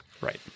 Right